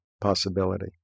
possibility